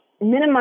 minimize